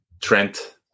Trent